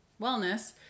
wellness